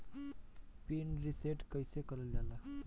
Pin reset कईसे करल जाला?